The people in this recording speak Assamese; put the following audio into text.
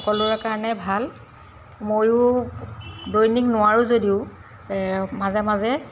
সকলোৰে কাৰণে ভাল ময়ো দৈনিক নোৱাৰোঁ যদিও মাজে মাজে